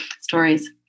stories